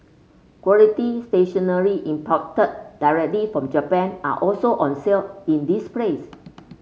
quality stationery imported directly from Japan are also on sale in this place